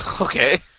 Okay